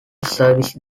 service